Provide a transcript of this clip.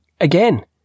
again